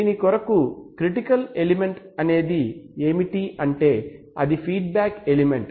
దీని కొరకు critical element అనేది ఏమిటి అంటే అది ఫీడ్బ్యాక్ ఎలిమెంట్